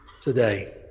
today